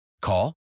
Call